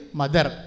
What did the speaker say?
mother